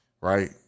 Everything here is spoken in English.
right